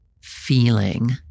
feeling